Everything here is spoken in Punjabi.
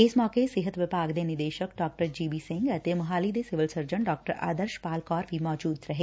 ਇਸ ਮੌਕੇ ਸਿਹਤ ਵਿਭਾਗ ਦੇ ਨਿਦੇਸ਼ਕ ਡਾ ਜੀ ਬੀ ਸਿੰਘ ਅਤੇ ਮੌਹਾਲੀ ਦੇ civil surgeon Dr Adarsh Pal Kaur ਵੀ ਮੌਜੂਦ ਸਨ